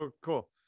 cool